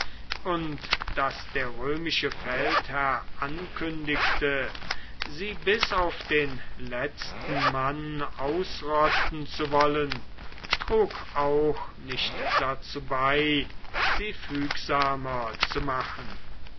und daß der römische feldherr ankündigte sie bis auf den letzten mann ausrotten zu wollen trug auch nicht dazu bei sie fügsamer zu machen